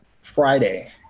Friday